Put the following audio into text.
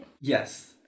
Yes